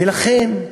ולכן,